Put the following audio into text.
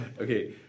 Okay